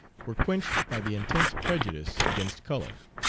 were quenched by the intense prejudice against color.